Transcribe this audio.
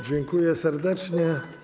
Dziękuję serdecznie.